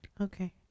Okay